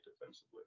defensively